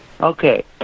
Okay